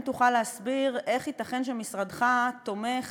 האם תוכל להסביר איך ייתכן שמשרדך תומך